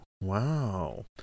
wow